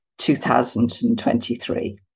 2023